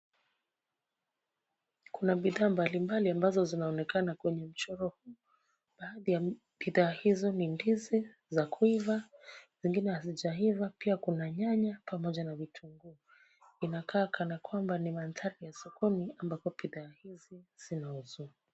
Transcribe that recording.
Kuna bidhaa mbalimbali ambazo zinaonekana kwenye mchoro. Baadhi ya bidhaa hizo ni ndizi za kuiva, zingine hazijaiva, pia kuna nyanya, pamoja na vitunguu. Inakaa kana kwamba ni mandhari ya sokoni ambapo bidhaa hizi zinauzwa.